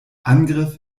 angriff